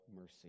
mercy